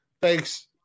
thanks